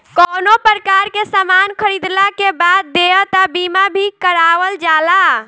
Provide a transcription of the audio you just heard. कवनो प्रकार के सामान खरीदला के बाद देयता बीमा भी करावल जाला